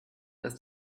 das